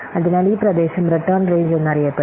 അതിനാൽ ഈ പ്രദേശം റിട്ടേൺ റേഞ്ച് എന്നറിയപ്പെടുന്നു